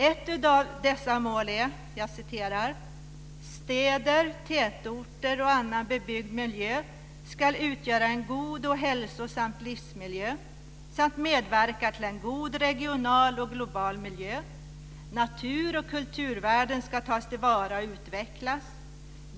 Ett av dessa mål har följande lydelse: "Städer, tätorter och annan bebyggd miljö skall utgöra en god och hälsosam livsmiljö samt medverka till en god regional och global miljö. Natur och kulturvärden skall tas till vara och utvecklas.